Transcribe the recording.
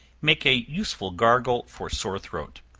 make a useful gargle for sore throat.